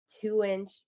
two-inch